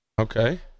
Okay